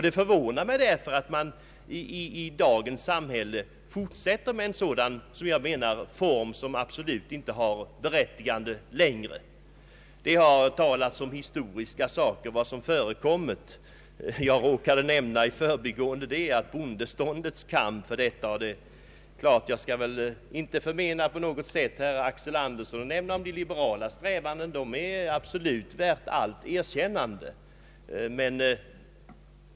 Det förvånar mig därför att man i dagens samhälle vill fortsätta med en sådan form som absolut inte längre har något berättigande. Det har tidigare talats om historia. Jag råkade i förbigående nämna om bondeståndets kamp i detta sammanhang. Jag vill inte på något sätt förmena herr Axel Andersson att nämna de liberalas strävanden. De är värda allt erkännande.